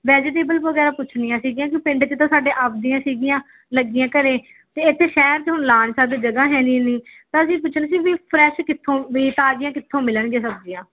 vegetable ਵਗੈਰਾ ਪੁੱਛਣੀਆ ਸੀਗੀਆ ਕਿਉਂ ਪਿੰਡ 'ਚ ਤਾਂ ਸਾਡੇ ਆਪਣੀਆਂ ਸੀਗੀਆਂ ਲੱਗੀਆਂ ਘਰ ਅਤੇ ਇੱਥੇ ਸ਼ਹਿਰ 'ਚ ਹੁਣ ਲਾ ਨਹੀਂ ਸਕਦੇ ਜਗ੍ਹਾ ਹੈ ਨਹੀਂ ਇੰਨੀ ਤਾਂ ਅਸੀਂ ਪੁੱਛਣਾ ਸੀ ਵੀ ਫਰੈਸ਼ ਕਿੱਥੋਂ ਵੀ ਤਾਜ਼ੀਆਂ ਕਿੱਥੋਂ ਮਿਲਣਗੀਆਂ ਸਬਜ਼ੀਆਂ